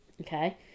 okay